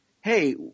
hey